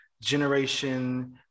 Generation